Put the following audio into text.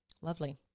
lovely